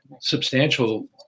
substantial